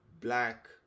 black